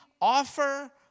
offer